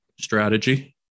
strategy